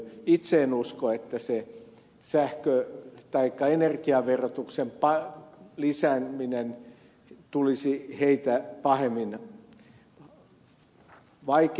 itse en usko että energiaverotuksen lisääminen tulisi niitä pahemmin vaikeuttamaan